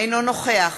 אינו נוכח